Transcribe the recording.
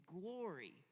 glory